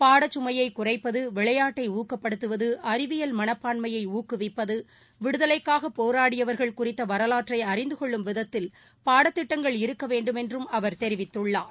பாட சுமையை குறைப்பது விளையாட்டை ஊக்கப்படுத்துவது அறிவியல் மனப்பான்மையை ஊக்குவிப்பது விடுதலைக்காக போராடியவர்கள் குறித்த வரவாற்றை அறிந்து கொள்ளும் விதத்தில் பாடத்திட்டங்கள் இருக்க வேண்டும் என்றும் அவர் தெரிவித்துள்ளார்